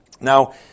Now